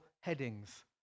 headings